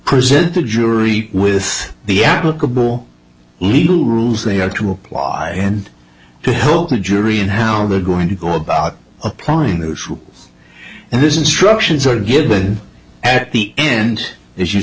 present the jury with the applicable legal rules they are to apply and to hope a jury and how they're going to go about applying those rules and this instructions are given at the end as you